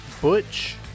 Butch